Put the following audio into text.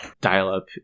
dial-up